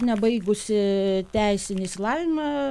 nebaigusi teisinį išsilavinimą